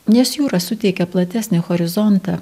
nes jūra suteikia platesnį horizontą